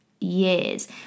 years